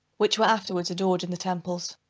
which were afterwards adored in the temples.